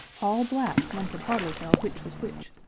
all black one could hardly tell which was which,